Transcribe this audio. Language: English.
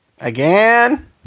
again